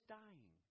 dying